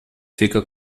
fica